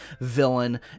villain